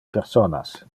personas